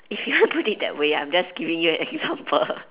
if you want to put it that way I'm just giving you an example